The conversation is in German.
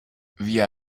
via